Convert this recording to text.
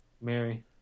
Mary